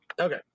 Okay